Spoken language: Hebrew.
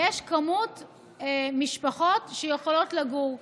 יש מספר המשפחות שיכולות לגור בהם.